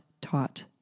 taught